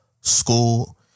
school